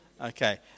Okay